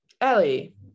Ellie